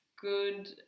good